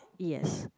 yes